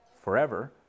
forever